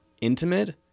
intimate